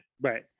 Right